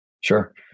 Sure